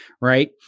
Right